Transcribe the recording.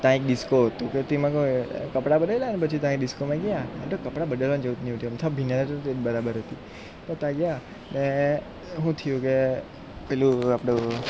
ત્યાં એક ડિસ્કો હતો કે તેમાં કોએ કપડા બદલાઈ લાવ્યાને પછી ત્યાં એ ડિસ્કોમાં ગયા આ તો કપડા બદલવાની જરૂર નહોતી અમથા ભીના હતા તેજ બરાબર હતી પણ તા ગયાં ને હું થયું કે પેલું આપણું